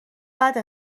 بده